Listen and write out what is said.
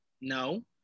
No